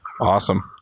Awesome